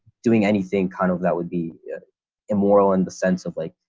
doing anything kind of that would be immoral in the sense of like,